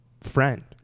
friend